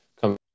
come